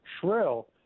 shrill